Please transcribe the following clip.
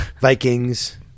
vikings